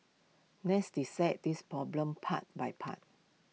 let's dissect this problem part by part